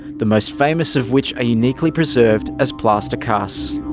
the most famous of which are uniquely preserved as plaster casts.